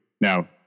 now